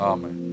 Amen